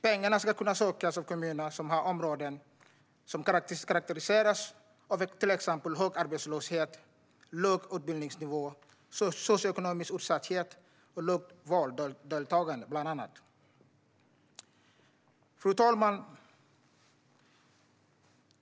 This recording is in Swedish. Pengarna ska kunna sökas av kommuner som har områden som karaktäriseras av exempelvis hög arbetslöshet, låg utbildningsnivå, socioekonomisk utsatthet och lågt valdeltagande. Fru talman!